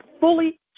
fully